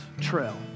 trail